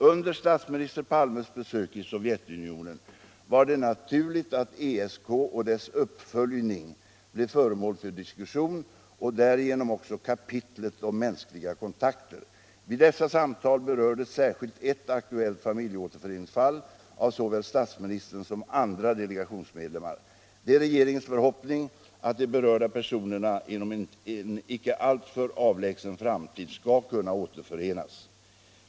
Under statsminister Palmes besök i Sovjetunionen var det naturligt att ESK och dess uppföljning och därigenom också kapitlet om mänskliga kontakter blev föremål för diskussion. Vid dessa samtal berördes särskilt ett aktuellt familjeåterföreningsfall av såväl statsministern som andra delegationsmedlemmar. Det är regeringens förhoppning att de berörda personerna inom en icke alltför avlägsen framtid skall kunna återförenas.